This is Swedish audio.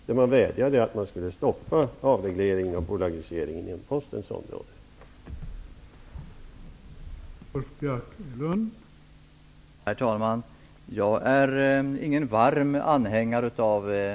Där vädjade man om att avregleringen och bolagiseringen inom Postens område skulle stoppas.